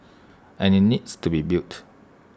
and IT needs to be built